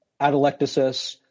atelectasis